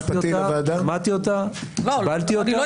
למדתי אותה, קיבלתי אותה ואני מקבל אותה.